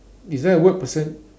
is there a word percent